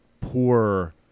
poor